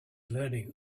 learning